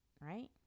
right